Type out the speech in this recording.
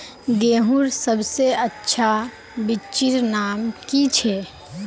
गेहूँर सबसे अच्छा बिच्चीर नाम की छे?